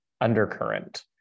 undercurrent